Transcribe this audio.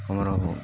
ଆମର